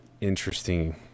interesting